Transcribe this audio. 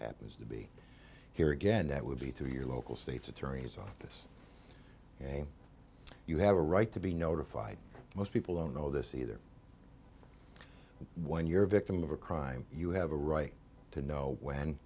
happens to be here again that would be through your local state's attorney's office and you have a right to be notified most people don't know this either when you're a victim of a crime you have a right to know when